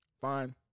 Fine